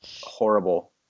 horrible